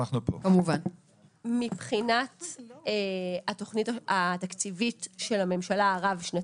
מבחינת התוכנית התקציבית של הממשלה, הרב-שנתית,